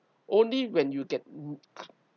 only when you get wu~